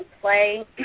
play